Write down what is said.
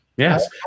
Yes